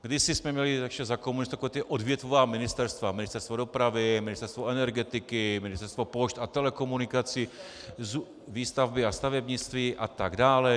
Kdysi jsme měli, ještě za komunistů, odvětvová ministerstva: Ministerstvo dopravy, Ministerstvo energetiky, Ministerstvo pošt a telekomunikací, výstavby a stavebnictví a tak dále.